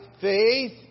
faith